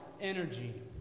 energy